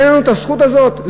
אין לנו הזכות הזאת?